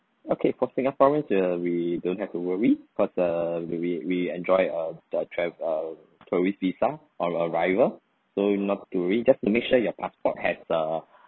okay for singaporeans uh we don't have to worry because uh we we enjoy a a tra~ uh tourist visa on arrival so not to worry just to make sure your passport has a